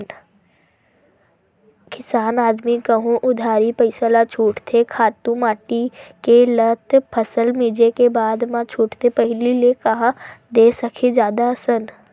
किसान आदमी कहूँ उधारी पइसा ल छूटथे खातू माटी के ल त फसल मिंजे के बादे म छूटथे पहिली ले कांहा दे सकही जादा असन